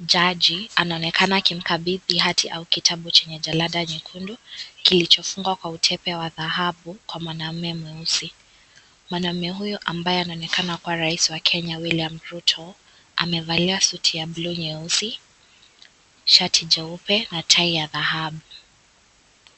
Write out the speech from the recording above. jaji anaonekana akimkabidhi hati au kitabu chenye jalada nyekundu kilicho fungwa kwa utepe wa dhahabu kwa mwamaume mweusi. Mwanaume huyu ambaye anaonekana kuwa rais wa Kenya William Ruto amevalia suti ya bluu nyeusi, shati jeupe na tai ya dhahabu.